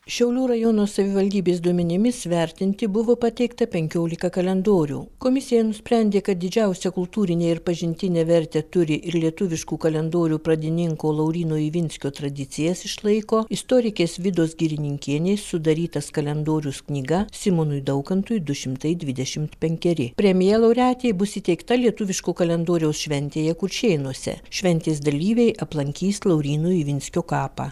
šiaulių rajono savivaldybės duomenimis vertinti buvo pateikta penkiolika kalendorių komisija nusprendė kad didžiausią kultūrinę ir pažintinę vertę turi ir lietuviškų kalendorių pradininko lauryno ivinskio tradicijas išlaiko istorikės vidos girininkienės sudarytas kalendorius knyga simonui daukantui du šimtai dvidešimt penkeri premija laureatei bus įteikta lietuviško kalendoriaus šventėje kuršėnuose šventės dalyviai aplankys lauryno ivinskio kapą